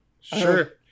Sure